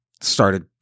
started